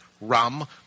rum